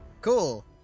cool